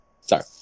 Sorry